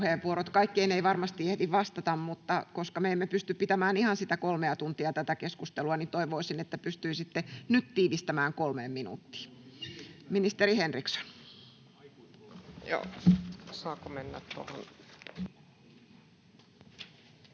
Kaikkeen ei varmasti ehdi vastata, mutta koska me emme pysty pitämään ihan sitä kolmea tuntia tätä keskustelua, niin toivoisin, että pystyisitte nyt tiivistämään kolmeen minuuttiin. — Ministeri Henriksson.